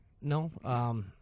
No